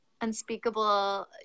unspeakable